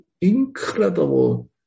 incredible